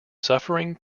suffering